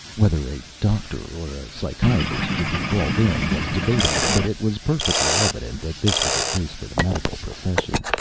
whether a doctor or a psychiatrist should be called in was debatable, but it was perfectly evident that this was a case for the medical profession,